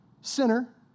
Sinner